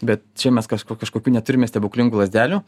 bet čia mes kažko kažkokių neturime stebuklingų lazdelių